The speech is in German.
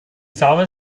samen